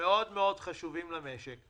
הם מאוד מאוד חשובים למשק.